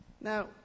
Now